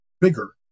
bigger